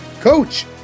Coach